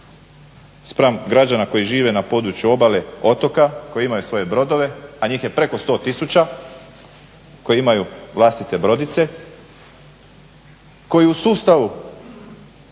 spram građana koji žive na području obale, otoka, koji imaju svoje brodove, a njih je preko 100 000 koji imaju vlastite brodice, koji u sustavu